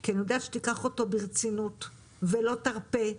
כי אני יודעת שתיקח אותו ברצינות ולא תרפה,